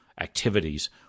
activities